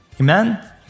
amen